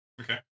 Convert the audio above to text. Okay